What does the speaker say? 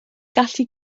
gallu